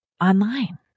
Online